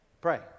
Pray